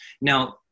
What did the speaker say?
Now